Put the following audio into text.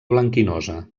blanquinosa